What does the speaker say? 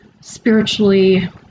spiritually